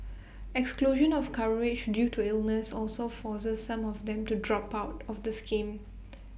exclusion of coverage due to illnesses also forces some of them to drop out of the scheme